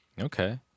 okay